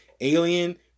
Alien